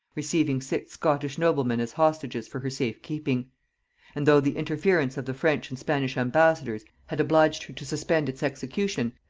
receiving six scottish noblemen as hostages for her safe keeping and though the interference of the french and spanish ambassadors had obliged her to suspend its execution,